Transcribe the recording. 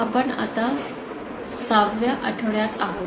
आपण आता 6 व्या आठवड्यात आहोत